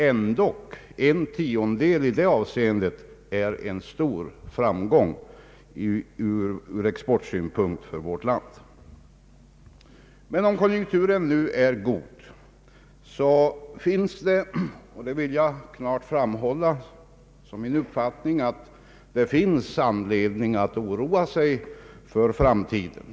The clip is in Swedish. ändock är varje tiondel en stor framgång för vårt land. Om konjunkturen nu är god, så finns det — detta vill jag klart framhålla som min uppfattning — anledning att oroa sig för framtiden.